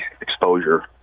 exposure